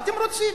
מה אתם רוצים,